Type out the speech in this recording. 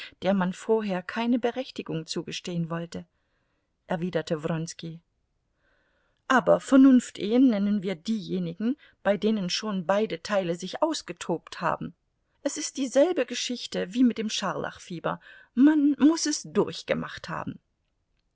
der man vorher keine berechtigung zugestehen wollte erwiderte wronski aber vernunftehen nennen wir diejenigen bei denen schon beide teile sich ausgetobt haben es ist dieselbe geschichte wie mit dem scharlachfieber man muß es durchgemacht haben